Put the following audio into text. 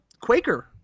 Quaker